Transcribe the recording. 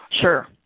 Sure